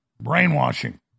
brainwashing